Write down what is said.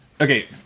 Okay